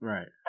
Right